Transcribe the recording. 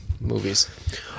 movies